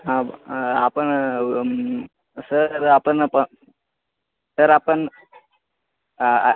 हां आपण सर आपण प सर आपण आ आ